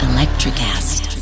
Electricast